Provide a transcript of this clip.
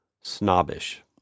snobbish